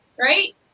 right